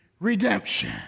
redemption